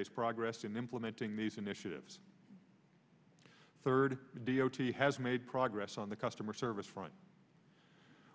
s progress in implementing these initiatives third d o t has made progress on the customer service front